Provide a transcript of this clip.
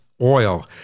Oil